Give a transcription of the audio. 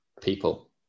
people